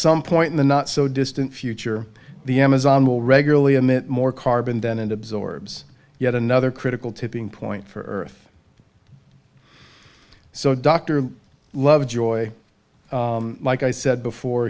some point in the not so distant future the amazon will regularly emit more carbon then it absorbs yet another critical tipping point for earth so dr lovejoy like i said before